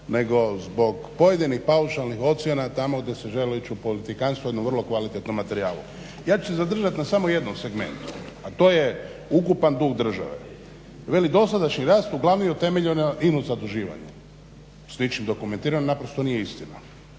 nego zbog pojedinih paušalnih ocjena tamo gdje se želi ići u politikantstvo jednom vrlo kvalitetnom materijalu. Ja ću se zadržat na samo jednom segmentu, a to je ukupan dug države. Veli dosadašnji rast uglavnom je utemeljen na ino zaduživanju, s ničim dokumentirano, naprosto nije istina.